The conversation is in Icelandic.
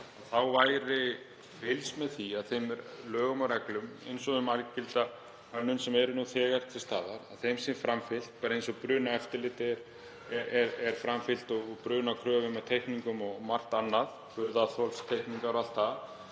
væri fylgst með því að þeim lögum og reglum, eins og um algilda hönnun sem eru nú þegar til staðar, sé framfylgt eins og brunaeftirliti er framfylgt og brunakröfum og teikningum og margt annað, burðarþolsteikningar og allt